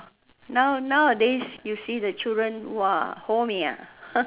now nowadays you see the children !wah! Ho Mia